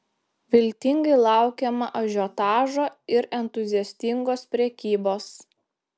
viltingai laukiama ažiotažo ir entuziastingos prekybos